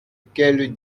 qu’elle